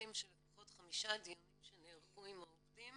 פרוטוקולים של לפחות חמישה דיונים שנערכו עם העובדים